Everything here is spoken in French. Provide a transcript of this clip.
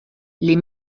les